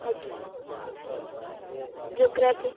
ଆଜ୍ଞା ଯୋଗ୍ରାଫି